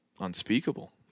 unspeakable